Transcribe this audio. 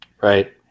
Right